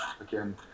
Again